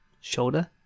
Shoulder